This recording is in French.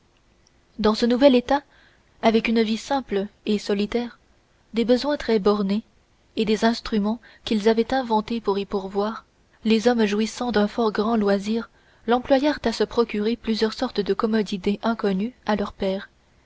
dans ce nouvel état avec une vie simple et solitaire des besoins très bornés et les instruments qu'ils avaient inventés pour y pourvoir les hommes jouissant d'un fort grand loisir l'employèrent à se procurer plusieurs sortes de commodités inconnues à leurs pères